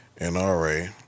NRA